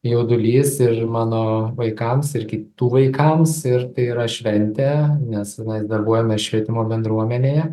jaudulys ir mano vaikams ir kitų vaikams ir tai yra šventė nes mes darbuojamės švietimo bendruomenėje